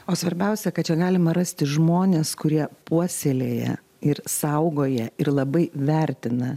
o svarbiausia kad čia galima rasti žmones kurie puoselėja ir saugoja ir labai vertina